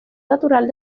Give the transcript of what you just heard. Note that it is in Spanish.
natural